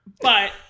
But-